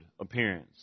appearance